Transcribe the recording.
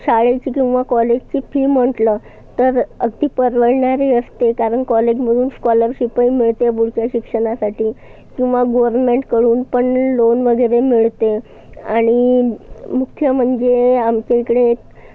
शाळेची किंवा कॉलेजची फी म्हटलं तर अगदी परवडणारी असते कारण कॉलेजमधून स्कॉलरशिप पण मिळते पुढच्या शिक्षणासाठी किंवा गोअरमेंटकडून पण लोन वगैरे मिळते आणि मुख्य म्हणजे आमच्या इकडे